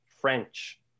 French